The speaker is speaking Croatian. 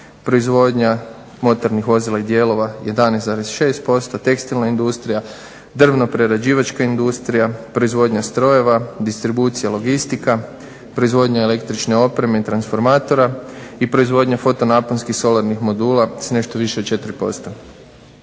proizvodnja motornih vozila i dijelova 11,6%, tekstilna industrija, drvno-prerađivačka industrija, distribucija logistika, proizvodnja električne energije i transformatora i proizvodnja fotonaponskih solarnih modula s nešto više od